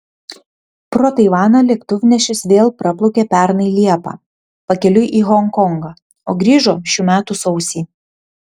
pro taivaną lėktuvnešis vėl praplaukė pernai liepą pakeliui į honkongą o grįžo šių metų sausį